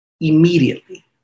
immediately